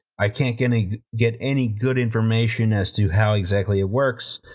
i can't get any get any good information as to how exactly it works,